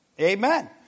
Amen